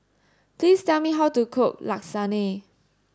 please tell me how to cook Lasagne